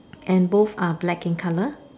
and both are black in colour